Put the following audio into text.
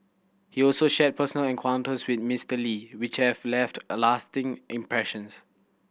he also shared personal encounters with Mister Lee which have left a lasting impressions